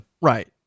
Right